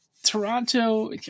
Toronto